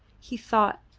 he thought,